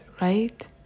right